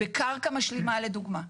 בקרקע משלימה לדוגמה.